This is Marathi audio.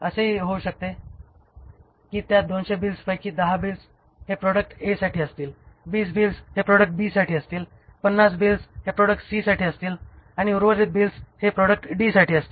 असेहि होऊ शकते कि त्या 200 बिल्स पैकी 10 बिल्स हे प्रॉडक्ट ए साठी असतील 20 बिल्स हे प्रॉडक्ट बी साठी असतील 50 बिल्स हे प्रॉडक्ट सी साठी असतील आणि उर्वरित बिल्स हे प्रॉडक्ट डी साठी असतील